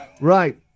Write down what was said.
Right